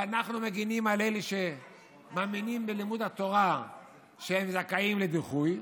ואנחנו מגינים על אלה שמאמינים בלימוד התורה שהם זכאים לדיחוי,